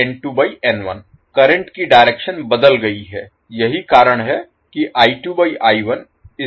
current की direction बदल गयी है यही कारण है कि